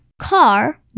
car